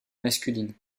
masculine